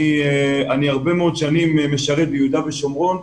אני הרבה מאוד שנים משרת ביהודה ושומרון.